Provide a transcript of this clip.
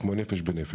כמו 'נפש בנפש',